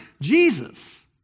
Jesus